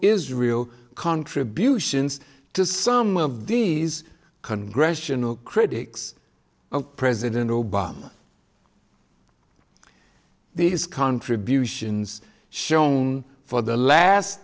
israel contributions to some of these congressional critics of president obama these contributions shown for the last